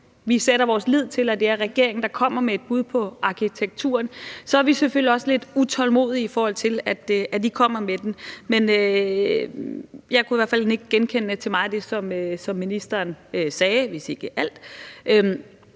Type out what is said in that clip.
vi sætter vores lid til, at det er regeringen, der kommer med et bud på arkitekturen, så er vi selvfølgelig også lidt utålmodige efter, at den kommer med det. Men jeg kunne i hvert fald nikke genkendende til meget af det, hvis ikke alt,